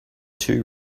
two